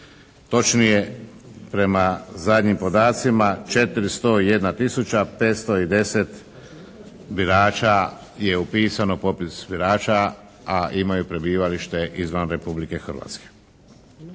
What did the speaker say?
Točnije, prema zadnjim podacima 401510 birača je upisano u popis birača, a imaju prebivalište izvan Republike Hrvatske.